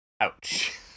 Ouch